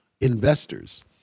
investors